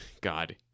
God